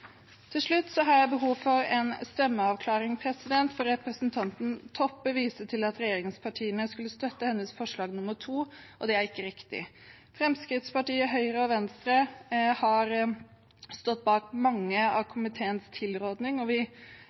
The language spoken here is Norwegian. Til slutt har jeg behov for en stemmeforklaring, for representanten Toppe viste til at regjeringspartiene skulle støtte forslag nr. 2, og det er ikke riktig. Fremskrittspartiet, Høyre og Venstre har stått bak mange av komiteens tilrådinger, og vi